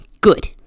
Good